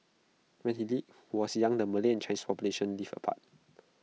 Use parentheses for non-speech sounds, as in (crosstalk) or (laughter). when he (unintelligible) was young the Malay Chinese for populations lived apart